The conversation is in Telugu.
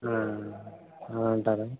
అవునంటారా